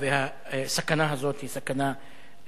והסכנה הזאת היא סכנה אמיתית.